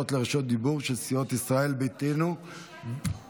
לרשות דיבור של סיעות ישראל ביתנו וחד"ש-תע"ל.